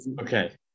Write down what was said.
okay